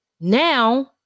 Now